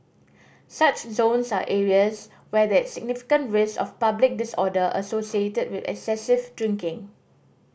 such zones are areas where there is significant risk of public disorder associated with excessive drinking